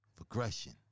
Aggression